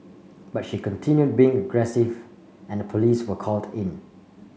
but she continued being aggressive and the police were called in